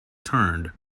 turned